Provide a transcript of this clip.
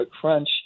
crunch